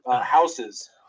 houses